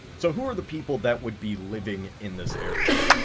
so who are the people that would be living in this area?